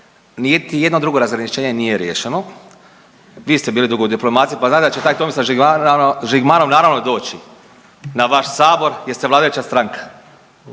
jedno drugo razgraničenje nije riješeno. Vi ste bili dugo u diplomaciji pa znam da će taj Tomislav Žigmanov, naravno, doći na vaš sabor jer ste vladajuća stranka.